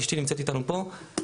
אשתי נמצאת איתנו פה,